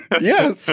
Yes